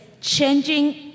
changing